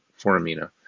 foramina